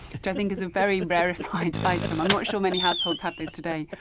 which i think is a very rarefied item. i'm not sure many households have those today